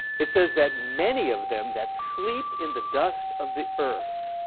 it says that many of them that sleep in the dust of the earth.